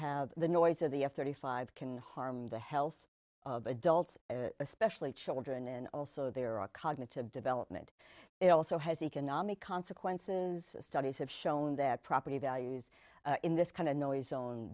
have the noise of the f thirty five can harm the health of adults especially children and also there are cognitive development it also has economic consequences studies have shown their property values in this kind of noise